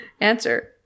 answer